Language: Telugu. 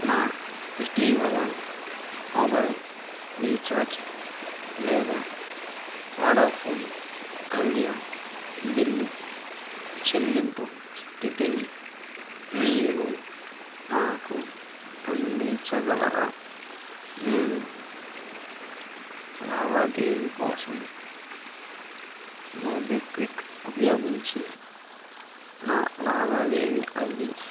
నా ఇటీవల మొబైల్ రీఛార్జ్ లేదా వడాఫోన్ ఐడియా బిల్లు చెల్లింపు స్థితిని మీరు నాకు అందించగలరా నేను లావాదేవీ కోసం మొబిక్విక్ ఉపయోగించి నా లావాదేవీ ఐడి